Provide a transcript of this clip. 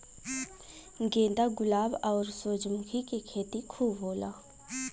गेंदा गुलाब आउर सूरजमुखी के खेती खूब होला